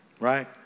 right